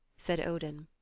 said odin.